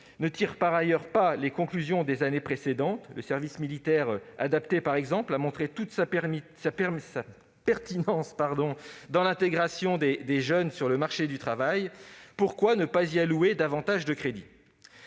ne tire pas les conclusions des années précédentes. Le service militaire adapté, le SMA, par exemple, a montré toute sa pertinence dans l'intégration des jeunes sur le marché du travail. Pourquoi ne pas lui allouer davantage de crédits ?